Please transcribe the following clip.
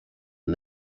and